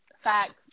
Facts